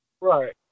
Right